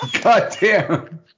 Goddamn